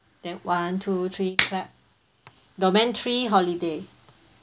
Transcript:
then one two three clap domain three holiday